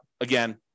again